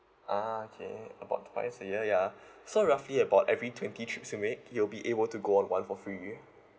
ah okay about twice a year ya so roughly about every twenty trips you make you'll be able to go on one for free